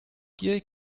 gierig